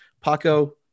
Paco